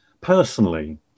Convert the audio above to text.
personally